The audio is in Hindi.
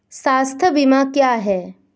स्वास्थ्य बीमा क्या है?